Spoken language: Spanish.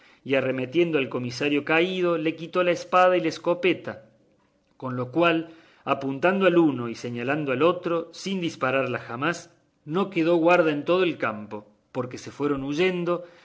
y arremetiendo al comisario caído le quitó la espada y la escopeta con la cual apuntando al uno y señalando al otro sin disparalla jamás no quedó guarda en todo el campo porque se fueron huyendo